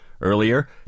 Earlier